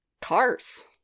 Cars